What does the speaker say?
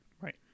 Right